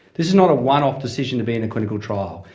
this is not a one-off decision to be in a clinical trial,